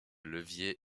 levier